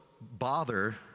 bother